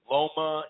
Loma